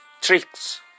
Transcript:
tricks